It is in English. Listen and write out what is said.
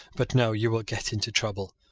but no you will get into trouble.